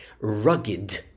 rugged